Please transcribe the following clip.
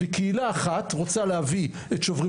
וקהילה אחת רוצה להביא את "שוברים